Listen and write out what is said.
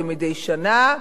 כמדי שנה,